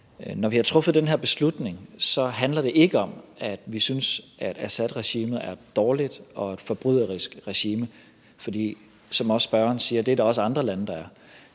Når vi har truffet den her beslutning, handler det ikke om, at vi synes, at Assadregimet er dårligt og et forbryderisk regime, for det er der også, som spørgeren siger, andre lande der er.